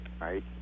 Right